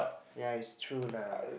yea it's true lah